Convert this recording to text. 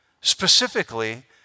specifically